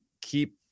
keep